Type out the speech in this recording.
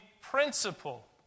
principle